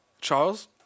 Charles